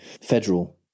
federal